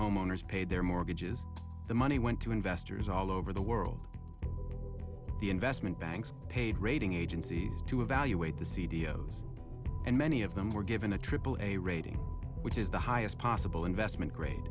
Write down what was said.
homeowners pay their mortgages the money went to investors all over the world the investment banks paid rating agencies to evaluate the c d o and many of them were given a aaa rating which is the highest possible investment grade